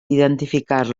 identificar